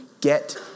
get